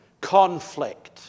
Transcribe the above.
conflict